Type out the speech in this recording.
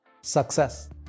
success